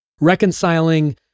reconciling